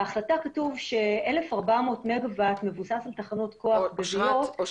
בהחלטה כתוב ש-1,400 מגה-וואט מבוסס על תחנות כוח -- אושרת,